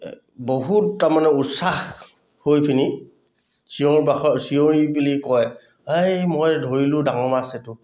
বহুত তাৰমানে উৎসাহ হৈ পিনি চিঞৰ বাখৰ চিঞৰী বুলি কয় এই মই ধৰিলোঁ ডাঙৰ মাছ এইটো